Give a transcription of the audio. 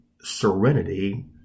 serenity